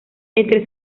entre